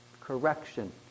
correction